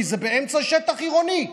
כי זה באמצע שטח עירוני.